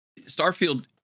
Starfield